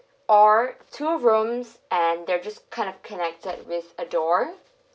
or two rooms and they're just kind of connected with a door